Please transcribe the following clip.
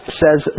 says